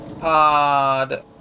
Pod